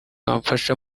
bamfasha